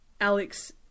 Alex